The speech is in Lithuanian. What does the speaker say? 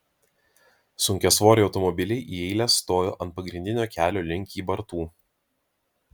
sunkiasvoriai automobiliai į eilę stojo ant pagrindinio kelio link kybartų